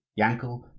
yankel